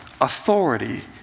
authority